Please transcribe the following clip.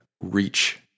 reach